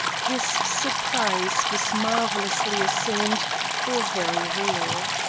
his surprise was marvelously assumed or very real.